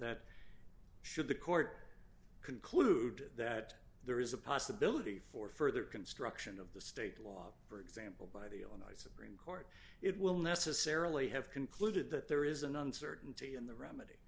that should the court conclude that there is a possibility for further construction of the state law for example by the supreme court it will necessarily have concluded that there is an uncertainty in the r